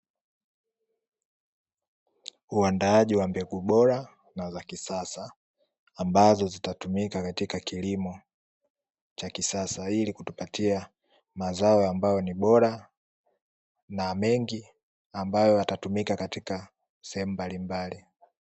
Uandaaji wa mbegu bora na za kisasa, ambazo zitatumika katika kilimo cha kisasa, ili kutupatia mazao ambayo ni bora na mengi, ambayo yatatumika katika sehemu mbalimbali.